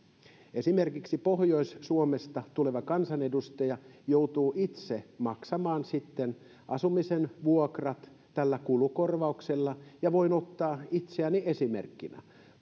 esimerkiksi pohjois suomesta tuleva kansanedustaja joutuu itse maksamaan asumisen vuokrat sitten tällä kulukorvauksella ja voin ottaa itseni esimerkkinä